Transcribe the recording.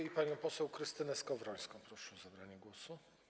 I panią poseł Krystynę Skowrońską proszę o zabranie głosu.